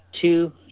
two